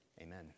Amen